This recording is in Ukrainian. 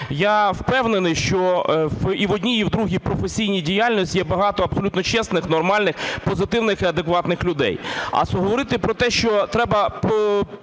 Я впевнений, що і в одній, і в другій професійній діяльності є багато абсолютно чесних, нормальних, позитивних і адекватних людей. А говорити про те, що треба